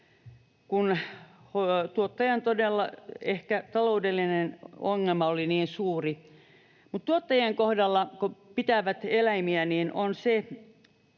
ehkä tuottajan taloudellinen ongelma oli niin suuri. Mutta tuottajien kohdalla, kun he pitävät eläimiä,